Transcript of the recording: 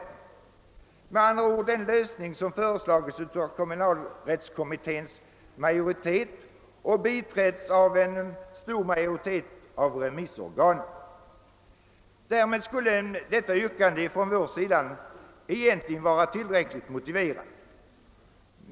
Det är med andra ord den lösning som föreslagits av kommunalrättskommitténs flertal och biträtts av en stor majoritet av remissorganen. Därmed skulle vårt yrkande egentligen vara tillräckligt motiverat.